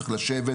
צריך לשבת